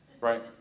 right